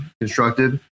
constructed